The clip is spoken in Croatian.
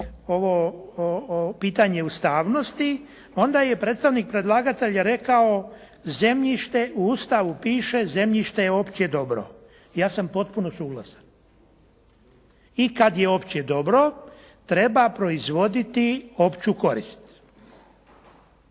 ovo pitanje ustavnosti onda je predstavnik predlagatelja rekao zemljište u Ustavu piše, zemljište je opće dobro. Ja sam potpuno suglasan. I kad je opće dobro, treba proizvoditi opću korist.